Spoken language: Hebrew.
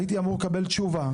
הייתי אמור לקבל תשובה.